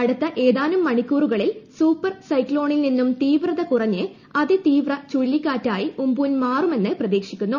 അടുത്ത ഏതാനും മണിക്കൂറുകളിൽ സൂപ്പർ സൈക്ലോണിൽ നിന്നും തീവ്രത കുറഞ്ഞ് അതിതീവ്ര ചുഴലിക്കാറ്റായി ഉം പുൻ മാറുമെന്ന് പ്രതീക്ഷിക്കുന്നു